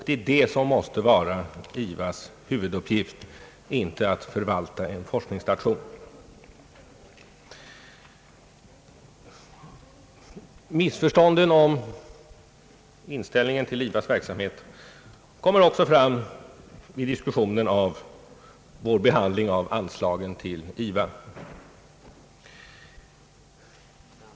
Det är det som måste vara IVA:s huvuduppgift, inte att förvalta en forskningsstation. Missförstånden om inställningen till IVA :s verksamhet kommer också fram i diskussionen om vår behandling av anslaget till IVA.